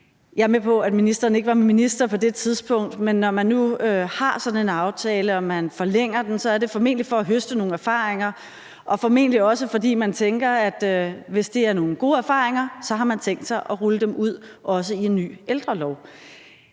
Jeg er med på, at ministeren ikke var minister på det tidspunkt, men når man nu har sådan en aftale og man forlænger den, er det formentlig for at høste nogle erfaringer og formentlig også, fordi man tænker, at hvis det er nogle gode erfaringer, har man tænkt sig at rulle dem ud, også i en ny ældrelov.